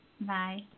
Bye